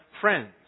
friends